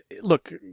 look